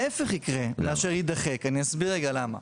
ההיפך יקרה מאשר יידחק ואני אסביר רגע למה.